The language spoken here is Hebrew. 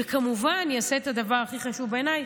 וכמובן יעשה את הדבר הכי חשוב בעיניי,